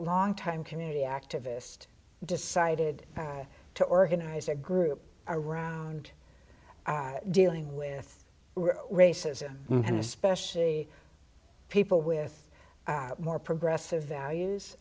longtime community activist decided to organize a group around dealing with racism and especially people with more progressive values